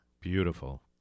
Beautiful